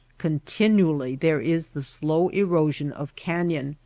continually there is the slow erosion of canyon,